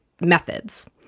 methods